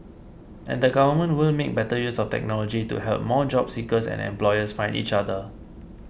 and the government will make better use of technology to help more job seekers and employers find each other